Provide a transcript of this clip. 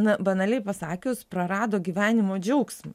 na banaliai pasakius prarado gyvenimo džiaugsmą